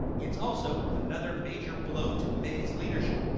it's also another major blow to may's leadership,